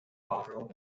borrow